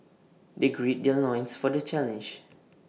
they gird their loins for the challenge